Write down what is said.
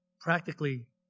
Practically